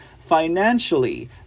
financially